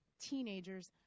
teenagers